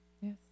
Yes